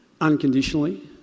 unconditionally